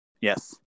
Yes